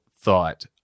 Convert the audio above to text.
thought